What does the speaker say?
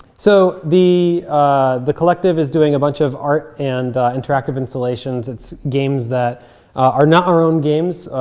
so the ah the collective is doing a bunch of art and interactive installations. it's games that are not our own games,